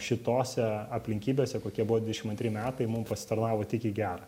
šitose aplinkybėse kokie buvo dvidešim antri metai mum pasitarnavo tik į gera